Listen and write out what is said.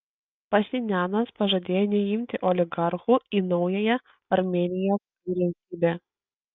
pašinianas pažadėjo neimti oligarchų į naująją armėnijos vyriausybę